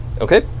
Okay